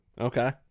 Okay